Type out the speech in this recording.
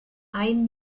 ein